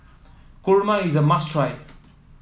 Kurma is a must try